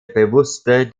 bewusste